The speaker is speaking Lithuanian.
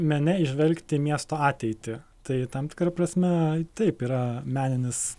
mene įžvelgti miesto ateitį tai tam tikra prasme taip yra meninis